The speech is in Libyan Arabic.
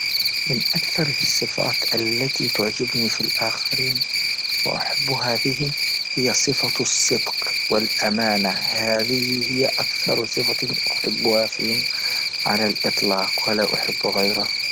من أكثر الصفات التي تعجبني في لأخرين وأحبها بهم هي صفة الصدق وأمانة، هذه هي أكثر صفة أحبها فيهم على الإطلاق ولا أحب غيرها.